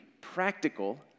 practical